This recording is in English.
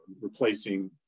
replacing